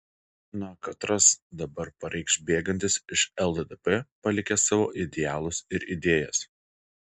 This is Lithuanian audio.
na katras dabar pareikš bėgantis iš lddp palikęs savo idealus ir idėjas